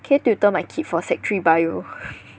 can you tutor my kid for sec three bio